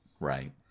right